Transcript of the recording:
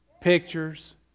pictures